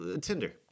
Tinder